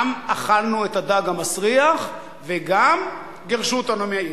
גם אכלנו את הדג המסריח וגם גירשו אותנו מהעיר.